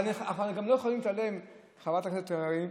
אבל חברת הכנסת קארין,